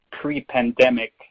pre-pandemic